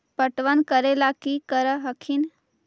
पटबन करे ला की कर हखिन?